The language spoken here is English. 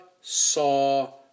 saw